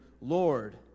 Lord